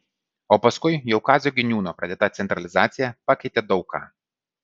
o paskui jau kazio giniūno pradėta centralizacija pakeitė daug ką